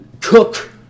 cook